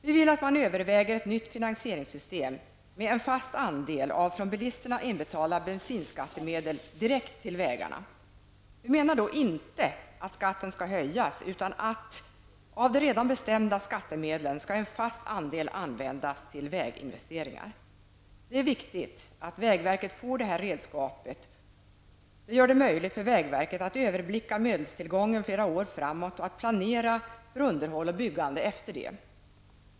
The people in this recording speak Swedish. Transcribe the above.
Vi vill att man överväger ett nytt finansieringssystem med en fast andel av från bilisterna inbetalda bensinskattemedel direkt till vägarna. Vi menar då inte att skatten skall höjas utan av de redan bestämda skattemedlen skall en fast andel användas till väginvesteringar. Det är viktigt att vägverket får detta redskap. Det gör det möjligt för vägverket att överblicka medelstillgången flera år framåt och att planera för underhåll och byggande efter detta.